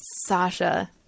Sasha